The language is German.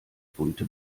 bunte